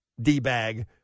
D-bag